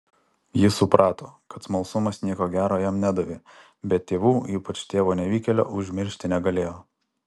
jis suprato kad smalsumas nieko gero jam nedavė bet tėvų ypač tėvo nevykėlio užmiršti negalėjo